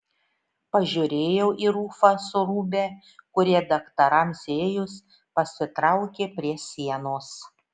pažiūrėjau į rufą su rūbe kurie daktarams įėjus pasitraukė prie sienos